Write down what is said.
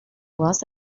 was